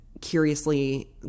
curiously